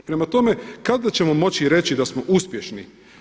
Prema tome kada ćemo moći reći da smo uspješni?